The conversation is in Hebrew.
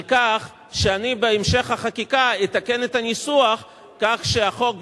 כך שאני בהמשך החקיקה אתקן את הניסוח כך שהחוק,